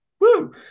woo